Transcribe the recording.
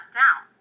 down